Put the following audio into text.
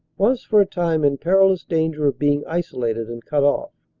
was for a time in perilous danger of being isolated and cut off,